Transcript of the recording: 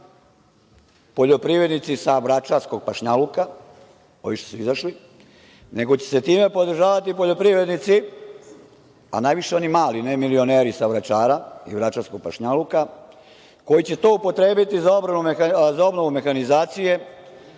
poljoprivrednici sa Vračarskog pašnjaluka, ovi što su izašli, nego će se time podržavati poljoprivrednici, a najviše oni mali, ne milioneri sa Vračara i Vračarskog pašnjaluka, koji će to upotrebiti za obnovu mehanizacije.